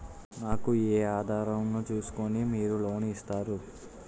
నాకు ఏ ఆధారం ను చూస్కుని మీరు లోన్ ఇస్తారు?